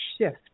shift